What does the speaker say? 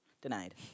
denied